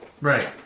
Right